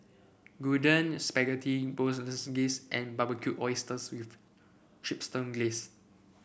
Gyudon Spaghetti Bolognese and Barbecued Oysters with Chipotle Glaze